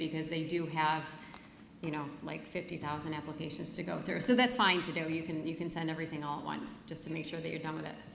because they do have you know like fifty thousand applications to go through so that's fine to do you can you can send everything all at once just to make sure that you're done with